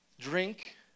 drink